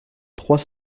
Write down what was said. trois